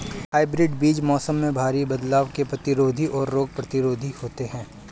hybrid बीज मौसम में भारी बदलाव के प्रतिरोधी और रोग प्रतिरोधी होते हैं